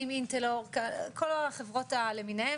כל החברות למיניהם,